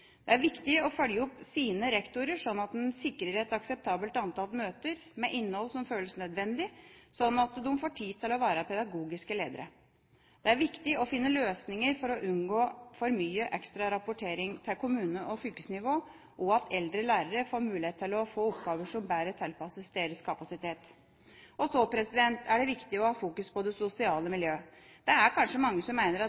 Det er viktig å følge opp sine rektorer slik at en sikrer et akseptabelt antall møter med innhold som føles nødvendig, slik at de får tid til å være pedagogiske ledere. Det er viktig å finne løsninger for å unngå for mye ekstra rapportering til kommune- og fylkesnivå, og at eldre lærere får mulighet til å få oppgaver som bedre tilpasses deres kapasitet. Så er det viktig å ha fokus på det sosiale miljøet. Det er kanskje mange som mener at